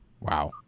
Wow